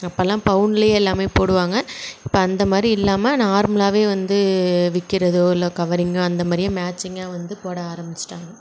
அப்பெல்லாம் பௌன்லேயே எல்லாமே போடுவாங்க இப்போ அந்த மாதிரி இல்லாமல் நார்மலாகவே வந்து விற்கிறதோ இல்லை கவரிங் அந்த மாதிரியே மேட்சிங்காக வந்து போட ஆரமிச்சிட்டாங்க